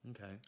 Okay